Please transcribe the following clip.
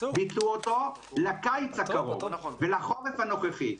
ביטלו אותו לקיץ הקרוב ולחורף הנוכחי,